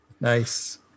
Nice